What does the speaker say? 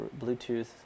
Bluetooth